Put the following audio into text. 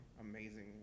amazing